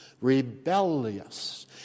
rebellious